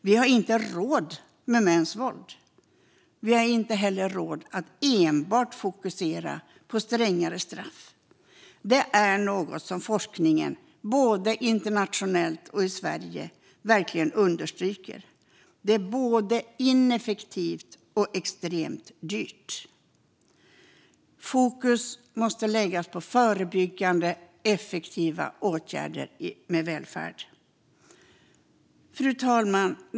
Vi har inte råd med mäns våld. Vi har inte heller råd att fokusera enbart på strängare straff. Det är något som forskningen verkligen understryker både internationellt och i Sverige. Det är både ineffektivt och extremt dyrt. Fokus måste läggas på förebyggande, effektiva åtgärder som rör välfärd. Fru talman!